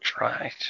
right